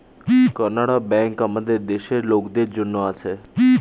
Canara bank আমাদের দেশের লোকদের জন্যে আছে